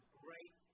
great